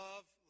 Love